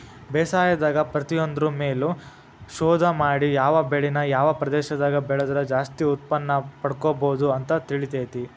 ಬೇಸಾಯದಾಗ ಪ್ರತಿಯೊಂದ್ರು ಮೇಲು ಶೋಧ ಮಾಡಿ ಯಾವ ಬೆಳಿನ ಯಾವ ಪ್ರದೇಶದಾಗ ಬೆಳದ್ರ ಜಾಸ್ತಿ ಉತ್ಪನ್ನಪಡ್ಕೋಬೋದು ಅಂತ ತಿಳಿತೇತಿ